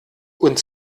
und